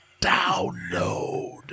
download